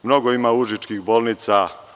Mnogo ima „Užičkih bolnica“